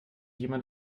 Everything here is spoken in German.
jemand